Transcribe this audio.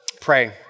pray